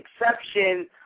exception